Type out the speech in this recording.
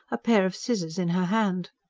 a pair of scissors in her hand.